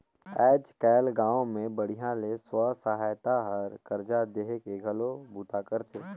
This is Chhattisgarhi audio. आयज कायल गांव मे बड़िहा ले स्व सहायता हर करजा देहे के घलो बूता करथे